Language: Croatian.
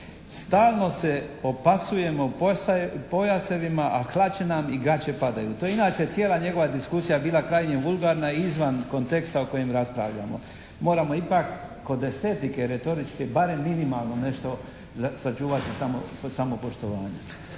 "Stalno se opasujemo pojasevima, a hlače nam i gaće padaju." To je inače cijela njegova diskusija bila krajnje vulgarna i izvan konteksta o kojem raspravljamo. Moramo ipak kod estetike retoričke barem minimalno nešto sačuvati samopoštovanje.